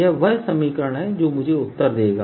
यह वह समीकरण है जो मुझे उत्तर देगा